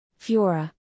Fiora